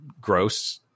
gross-